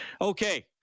Okay